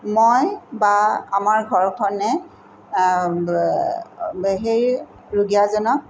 মই বা আমাৰ ঘৰখনে সেই ৰুগীয়াজনক